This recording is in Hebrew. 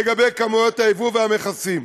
על כמויות היבוא והמכסים.